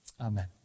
Amen